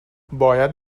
باید